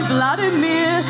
Vladimir